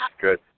good